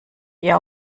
eher